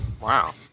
wow